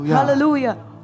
hallelujah